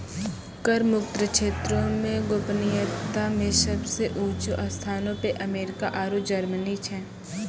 कर मुक्त क्षेत्रो मे गोपनीयता मे सभ से ऊंचो स्थानो पे अमेरिका आरु जर्मनी छै